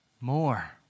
More